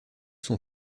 sont